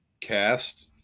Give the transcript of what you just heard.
cast